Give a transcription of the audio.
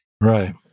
Right